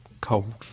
cold